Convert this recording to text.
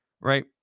Right